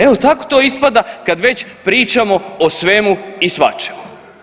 Evo, tako to ispada kada već pričamo o svemu i svačemu.